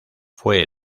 fue